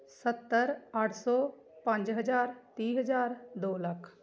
ਸੱਤਰ ਅੱਠ ਸੌ ਪੰਜ ਹਜ਼ਾਰ ਤੀਹ ਹਜ਼ਾਰ ਦੋ ਲੱਖ